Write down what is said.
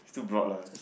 it's too broad lah